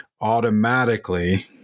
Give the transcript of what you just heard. automatically